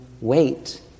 wait